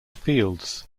fields